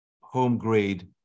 home-grade